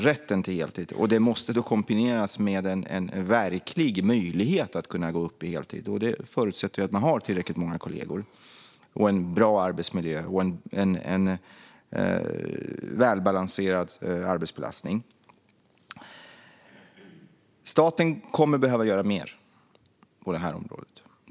Den måste då kombineras med en verklig möjlighet att gå upp i heltid, och det förutsätter ju att man har tillräckligt många kollegor, en bra arbetsmiljö och en välbalanserad arbetsbelastning. Staten kommer att behöva göra mer på det här området.